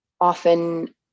often